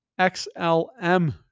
XLM